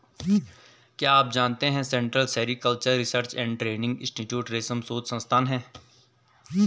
क्या आप जानते है central sericultural research and training institute रेशम शोध संस्थान है?